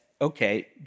okay